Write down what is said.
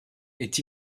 est